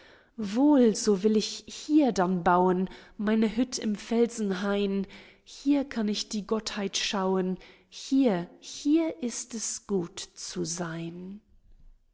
wohl so will ich hier dann bauen meine hütt im felsenhain hier kann ich die gottheit schauen hier hier ist es gut zu seyn